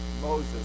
Moses